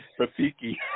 Rafiki